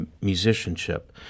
musicianship